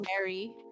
Mary